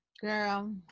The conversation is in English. Girl